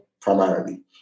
primarily